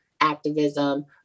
activism